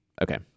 Okay